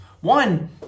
One